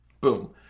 Boom